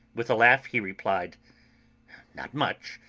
with a laugh he replied not much!